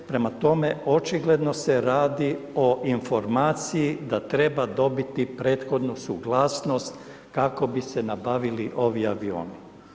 Prema tome očito se radi o informaciji, da treba dobiti prethodnu suglasnost, kako bi se nabavili ovi avioni.